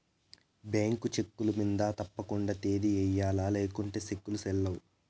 bank చెక్కుల మింద తప్పకండా తేదీని ఎయ్యల్ల లేకుంటే సెక్కులు సెల్లవ్